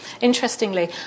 Interestingly